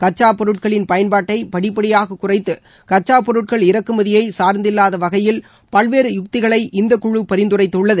கச்சாப் பொருட்களின் பயன்பாட்டை படிப்படியாக குறைத்து கச்சாப் பொருட்கள் இறக்குமதியை சார்ந்தில்லாத வகையில் பல்வேறு யுக்திகளை இந்தக் குழு பரிந்துரைத்துள்ளது